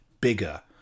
bigger